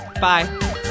Bye